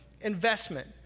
investment